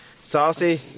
Saucy